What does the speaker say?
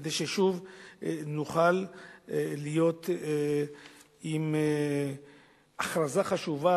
כדי ששוב נוכל להיות עם הכרזה חשובה,